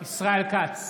ישראל כץ,